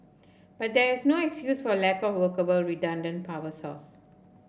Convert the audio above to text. but there is no excuse for lack of workable redundant power source